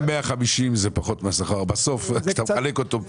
גם 150 זה פחות מהשכר, בסוף כשאתה מחלק אותו.